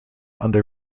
under